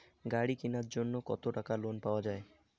গাড়ি কিনার জন্যে কতো টাকা লোন পাওয়া য়ায়?